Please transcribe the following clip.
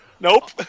Nope